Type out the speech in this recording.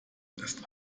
ist